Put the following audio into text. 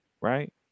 right